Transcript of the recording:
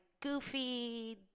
goofy